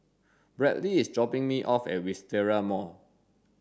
Bradley is dropping me off at Wisteria Mall